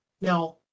Now